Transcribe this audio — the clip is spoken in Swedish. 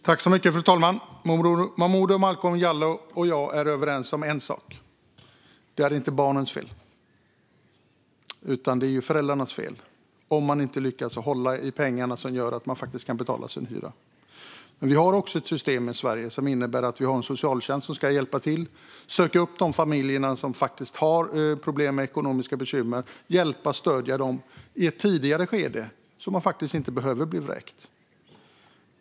Fru talman! Momodou Malcolm Jallow och jag är överens om en sak: Det är inte barnens fel. Det är föräldrarnas fel om de inte lyckas hålla i pengarna så att de kan betala sin hyra. Men vi har också ett system i Sverige som innebär att vi har en socialtjänst som ska hjälpa till, söka upp de familjer som har ekonomiska bekymmer och hjälpa och stödja dem i ett tidigare skede så att de inte behöver bli vräkta.